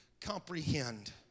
comprehend